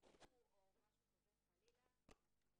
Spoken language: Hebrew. תיפגענה חלילה, אנחנו